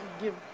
give